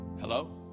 hello